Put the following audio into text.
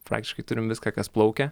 praktiškai turim viską kas plaukia